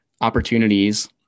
opportunities